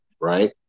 Right